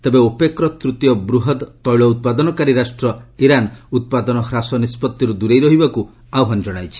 ତେବେ ଓପେକ୍ର ତୂତୀୟ ବୃହତ୍ ତେଳ ଉତ୍ପାଦନକାରୀ ରାଷ୍ଟ୍ର ଇରାନ୍ ଉତ୍ପାଦନ ହ୍ରାସ ନିଷ୍ପଭିରୁ ଦୂରେଇ ରହିବାକୁ ଆହ୍ୱାନ ଜଣାଇଛି